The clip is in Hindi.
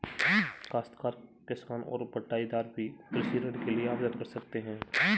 काश्तकार किसान और बटाईदार भी कृषि ऋण के लिए आवेदन कर सकते हैं